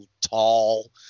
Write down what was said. tall